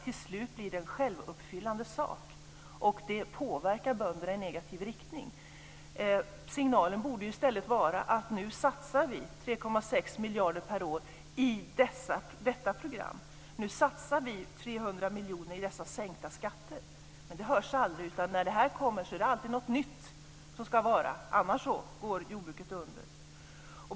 Till sist blir detta en självuppfyllande profetia, och det påverkar bönderna i negativ riktning. Signalen borde i stället vara att nu satsar vi 3,6 miljarder per år i detta program och 300 miljoner på sänkta skatter. Men det hör man aldrig, utan när det här har kommit så är det alltid någonting nytt som man vill ha, annars går jordbruket under.